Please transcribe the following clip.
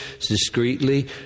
discreetly